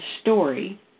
story